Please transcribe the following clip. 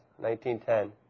1910